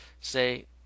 say